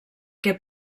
què